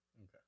Okay